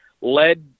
led